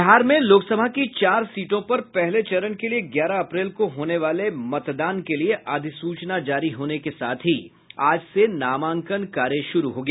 बिहार में लोकसभा की चार सीटों पर पहले चरण के लिये ग्यारह अप्रैल को होने वाले मतदान के लिये अधिसूचना जारी होने के साथ ही आज से नामांकन कार्य शुरू हो गया